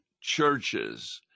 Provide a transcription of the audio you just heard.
churches